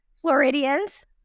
Floridians